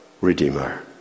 Redeemer